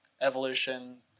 evolution